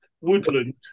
woodland